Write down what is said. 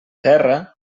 terra